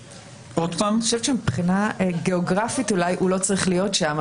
אני חושבת שאולי מבחינה גיאוגרפית הוא לא צריך להיות שם,